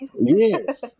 yes